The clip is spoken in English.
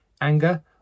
anger